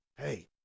Hey